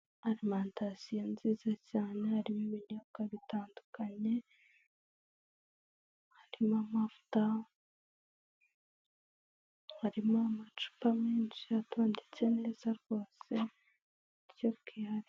Alimantasiyo nziza cyane harimo ibinyobwa bitandukanye harimo amavuta, harimo amacupa menshi atondetse neza rwose mu buryo bwihariye.